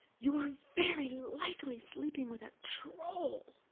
you are very likely sleeping with a troll!